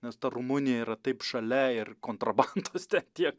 nes ta rumunija yra taip šalia ir kontrabandos ten tiek